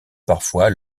parfois